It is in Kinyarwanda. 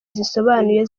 zisobanuye